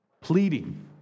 Pleading